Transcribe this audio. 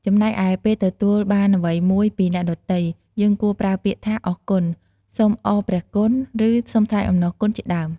ចំណែកឯពេលទទួលបានអ្វីមួយពីអ្នកដទៃ យើងគួរប្រើពាក្យថា "អរគុណ" "សូមអរព្រះគុណ" ឬ "សូមថ្លែងអំណរគុណ" ជាដើម។